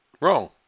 Wrong